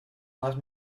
nuevas